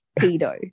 pedo